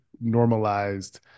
normalized